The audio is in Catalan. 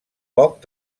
poc